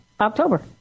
October